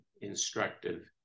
instructive